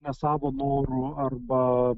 ne savo noru arba